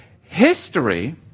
History